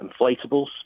inflatables